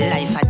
Life